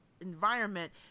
environment